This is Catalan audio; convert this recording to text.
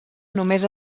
només